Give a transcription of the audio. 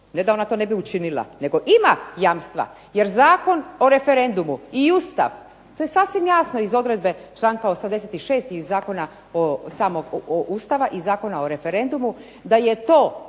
Ne da ona to ne bi učinila, nego ima jamstva, jer zakon o referendumu i Ustav, to je sasvim jasno iz odredbe članka 86. i Zakona o referendumu, da ima